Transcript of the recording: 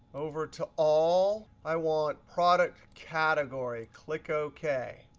over to all, i want product category. click ok.